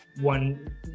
One